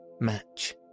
Match